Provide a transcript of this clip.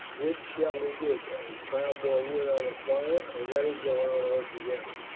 which shall we do, beric, pile more wood on the fire, or let it go out altogether?